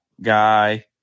guy